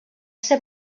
ser